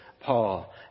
Paul